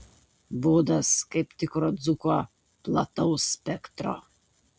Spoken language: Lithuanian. būdas kaip tikro dzūko plataus spektro